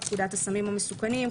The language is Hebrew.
פקודת הסמים המסוכנים,